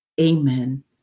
amen